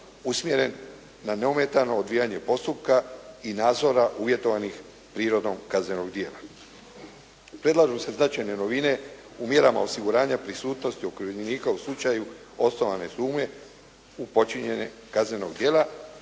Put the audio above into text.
usmjeren na neometano odvijanje postupka i nadzora uvjetovanih prirodom kaznenog djela. Predlažu se značajne novine u mjerama osiguranja prisutnosti okrivljenika u slučaju osnovane sumnje u počinjenja kaznenog djela.